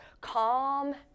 calm